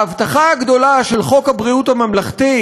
ההבטחה הגדולה של חוק הבריאות הממלכתי,